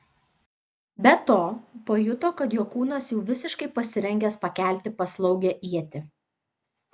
be to pajuto kad jo kūnas jau visiškai pasirengęs pakelti paslaugią ietį